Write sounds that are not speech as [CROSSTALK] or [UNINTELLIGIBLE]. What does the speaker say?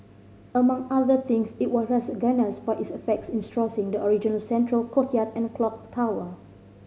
among other things it was [UNINTELLIGIBLE] for its efforts in straw thing the original central courtyard and clock tower